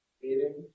meeting